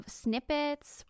snippets